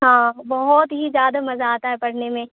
ہاں بہت ہی زیادہ مزہ آتا ہے پڑھنے میں